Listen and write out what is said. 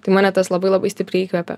tai mane tas labai labai stipriai įkvepia